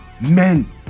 men